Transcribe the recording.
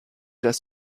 das